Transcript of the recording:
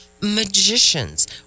magicians